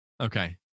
Okay